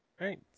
right